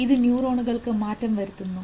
ഇത് ന്യൂറോണുകൾക്ക് മാറ്റം വരുത്തുന്നു